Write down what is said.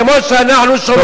כמו שאנחנו שומרים,